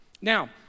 Now